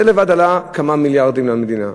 זה לבד עלה כמה מיליארדים למדינה.